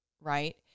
right